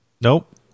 Nope